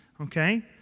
Okay